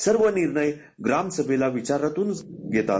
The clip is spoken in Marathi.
सर्व निर्णय ग्रामसभेला विचारात घेऊनच होतात